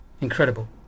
incredible